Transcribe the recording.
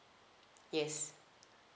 yes